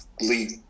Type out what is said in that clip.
lead